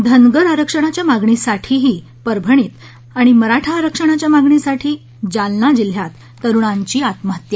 धनगर आरक्षणाच्या मागणीसाठीही परभणीत आणि मराठा आरक्षणाच्या मागणीसाठी जालना जिल्ह्यात तरुणांची आत्महत्या